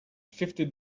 fifty